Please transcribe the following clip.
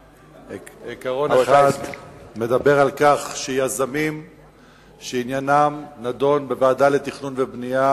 עיקרון אחד מדבר על כך שיזמים שעניינם נדון בוועדה לתכנון ובנייה,